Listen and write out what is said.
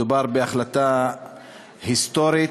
מדובר בהחלטה היסטורית,